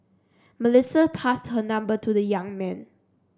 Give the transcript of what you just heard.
Melissa passed her number to the young man